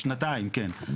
שנתיים, כן.